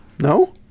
No